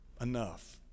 enough